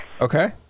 Okay